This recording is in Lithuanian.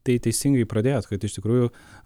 tai teisingai pradėjot kad iš tikrųjų